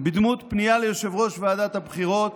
בדמות פנייה ליושב-ראש ועדת הבחירות,